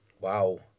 Wow